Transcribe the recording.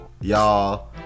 Y'all